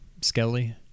Skelly